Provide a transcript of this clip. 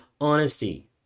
honesty